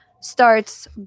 starts